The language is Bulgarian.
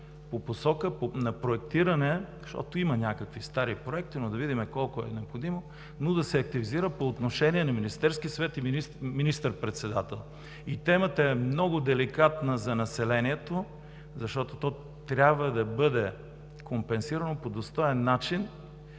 по посока на проектиране, защото има някакви стари проекти, да видим колко е необходимо, но да се активизира по отношение на Министерския съвет и министър-председателя. Темата е много деликатна за населението, защото то трябва да бъде компенсирано по достоен начин